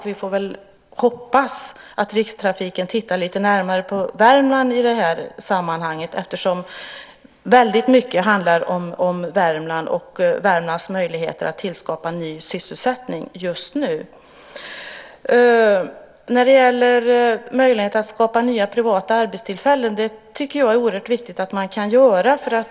Vi får väl hoppas att Rikstrafiken tittar lite närmare på Värmland i det här sammanhanget eftersom väldigt mycket handlar om Värmland och Värmlands möjligheter att tillskapa ny sysselsättning just nu. När det gäller möjligheterna att skapa nya privata arbetstillfällen tycker jag det är oerhört viktigt att man kan göra detta.